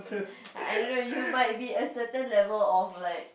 I don't know you might be a certain level of like